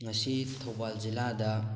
ꯉꯁꯤ ꯊꯧꯕꯥꯜ ꯖꯤꯜꯂꯥꯗ